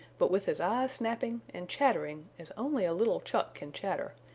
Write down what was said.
but with his eyes snapping, and chattering as only a little chuck can chatter,